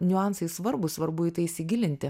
niuansai svarbūs svarbu į tai įsigilinti